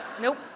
Nope